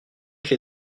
que